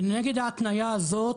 ונגד ההתניה הזאת